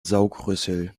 saugrüssel